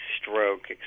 stroke